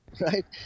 right